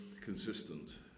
consistent